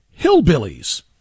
hillbillies